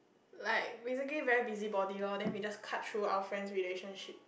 like basically very busybody lor then we just cut through our friend's relationship